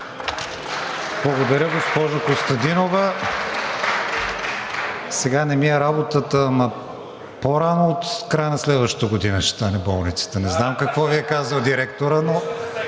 Благодаря, госпожо Костадинова. Сега, не ми е работата, ама по-рано от края на следващата година ще стане болницата. Не знам какво Ви е казал директорът, но